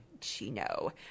Chino